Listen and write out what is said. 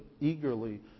eagerly